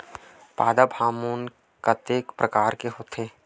पादप हामोन के कतेक प्रकार के होथे?